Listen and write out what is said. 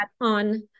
on